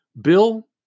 Bill